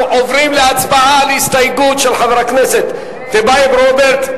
אנחנו עוברים להצבעה על ההסתייגות של חבר הכנסת טיבייב רוברט,